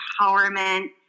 empowerment